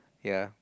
ya